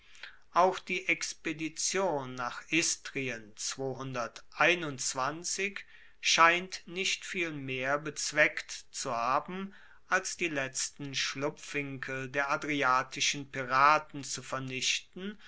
auch die expedition nach istrien scheint nicht viel mehr bezweckt zu haben als die letzten schlupfwinkel der adriatischen piraten zu vernichten